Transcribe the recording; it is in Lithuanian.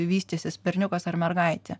vystysis berniukas ar mergaitė